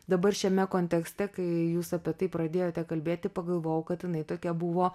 dabar šiame kontekste kai jūs apie tai pradėjote kalbėti pagalvojau kad jinai tokia buvo